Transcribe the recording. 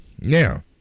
Now